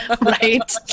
Right